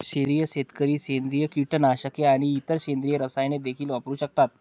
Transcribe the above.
सेंद्रिय शेतकरी सेंद्रिय कीटकनाशके आणि इतर सेंद्रिय रसायने देखील वापरू शकतात